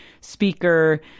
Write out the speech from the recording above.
speaker